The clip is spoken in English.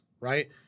right